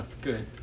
Good